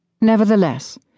Nevertheless